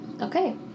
Okay